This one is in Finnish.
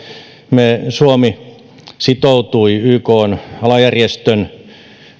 suomi sitoutui ykn alajärjestön